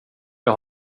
jag